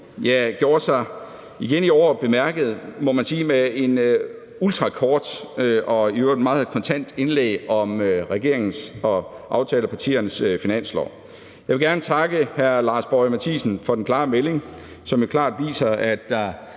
gjorde sig igen i år bemærket, må man sige, med et ultrakort og i øvrigt meget kontant indlæg om regeringens og aftalepartiernes finanslovsudspil. Jeg vil gerne takke hr. Lars Boje Mathiesen for den klare melding, som jo klart viser, at